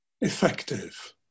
effective